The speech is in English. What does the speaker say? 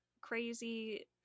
crazy